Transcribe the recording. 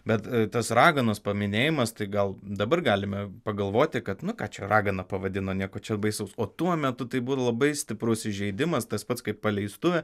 bet tas raganos paminėjimas tai gal dabar galime pagalvoti kad nu ką čia ragana pavadino nieko čia baisaus o tuo metu tai buvo labai stiprus įžeidimas tas pats kaip paleistuvė